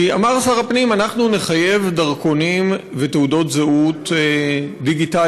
כי אמר שר הפנים: אנחנו נחייב דרכונים ותעודות זהות דיגיטליים,